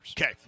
Okay